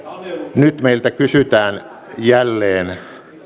nyt meiltä kysytään jälleen